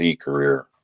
career